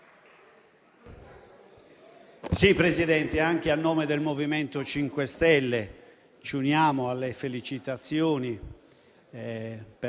Presidente, anche a nome del MoVimento 5 Stelle mi unisco alle felicitazioni per